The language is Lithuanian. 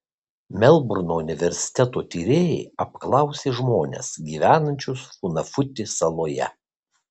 melburno universiteto tyrėjai apklausė žmones gyvenančius funafuti saloje